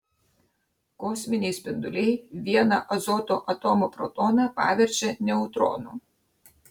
kosminiai spinduliai vieną azoto atomo protoną paverčia neutronu